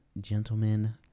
gentlemen